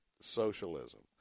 socialism